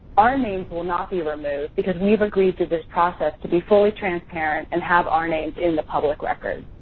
our names will not be removed because we've agreed to this process to be fully transparent and have our names in the public record.